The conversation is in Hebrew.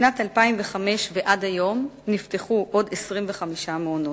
משנת 2005 ועד היום נפתחו עוד 25 מעונות,